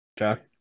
Okay